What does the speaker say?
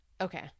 Okay